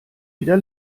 wieder